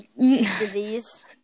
disease